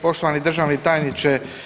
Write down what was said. Poštovani državni tajniče.